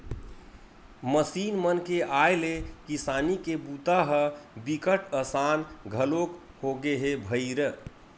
machine मन के आए ले किसानी के बूता ह बिकट असान घलोक होगे हे भईर